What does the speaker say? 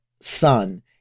son